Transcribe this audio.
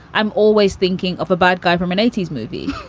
i'm always thinking of a bad guy from an eighty s movie.